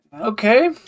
Okay